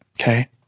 Okay